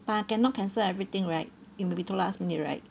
but I cannot cancel everything right it will be too last minute right